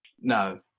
No